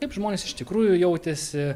kaip žmonės iš tikrųjų jautėsi